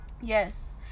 yes